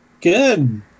Good